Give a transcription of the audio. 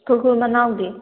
ꯈꯨꯔꯈꯨꯜ ꯃꯅꯥꯎꯗꯤ